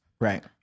Right